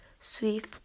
swift